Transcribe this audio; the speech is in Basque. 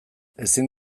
ezin